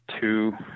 two